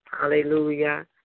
hallelujah